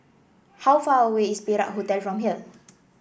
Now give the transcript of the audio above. how far away is Perak Hotel from here